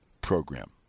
program